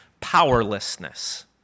powerlessness